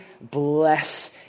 bless